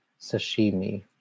sashimi